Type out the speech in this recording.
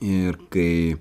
ir kai